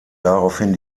daraufhin